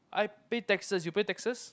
I pay taxes you pay taxes